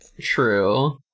True